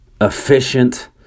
efficient